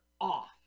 off